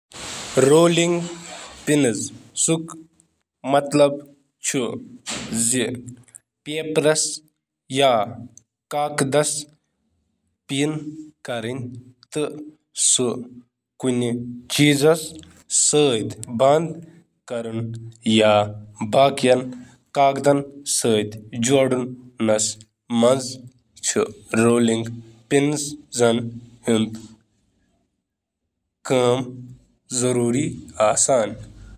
Rolling pin کَمہِ مقصدٕچ کٲم چھِ کران؟ رولنگ پنُک مقصد چُھ کاغذ پِن کرُن تہٕ باقی کاغذن سۭتۍ منسلک کرُن